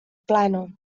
plana